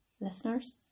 Listeners